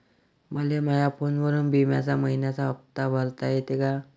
मले माया फोनवरून बिम्याचा मइन्याचा हप्ता भरता येते का?